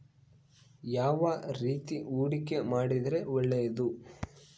ಯಾವ ರೇತಿ ಹೂಡಿಕೆ ಮಾಡಿದ್ರೆ ಒಳ್ಳೆಯದು?